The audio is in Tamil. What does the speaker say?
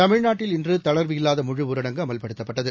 தமிழ்நாட்டில் இன்று தளர்வு இல்லாத முழு ஊரடங்கு அமல்படுத்தப்பட்டது